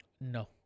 No